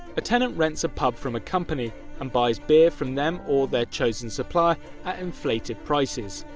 a tenant rents a pub from a company and buys beer from them or their chosen supplier at inflated prices.